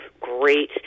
great